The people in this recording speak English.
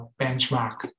benchmark